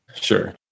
Sure